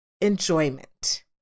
enjoyment